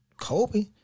Kobe